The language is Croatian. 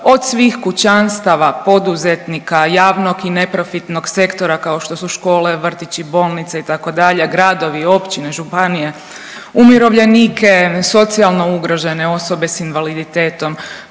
od svih kućanstava, poduzetnika, javnog i neprofitnog sektora kao što su škole, vrtići, bolnice itd., gradovi, općine, županije, umirovljenike, socijalno ugrožene, osobe sa invaliditetom,